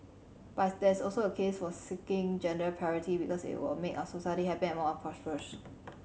but there is also a case for seeking gender parity because it will make our society happier and more prosperous